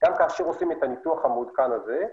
גם כאשר עושים את הניתוח המעודכן הזה,